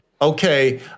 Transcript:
Okay